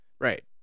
Right